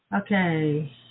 Okay